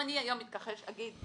אם אני היום אתכחש אגיד,